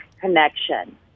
connection